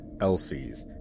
Elsies